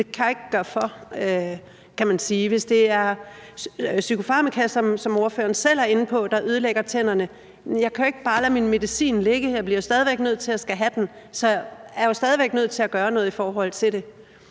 så kan jeg jo ikke gøre for det, kan man sige. Hvis det er psykofarmaka, som ordføreren selv er inde på, der ødelægger tænderne, kan jeg jo ikke bare lade min medicin ligge. Jeg bliver stadig nødt til at skulle have den. Så jeg er stadig væk nødt til at gøre noget i forhold til det.